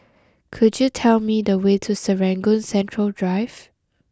could you tell me the way to Serangoon Central Drive